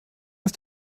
ist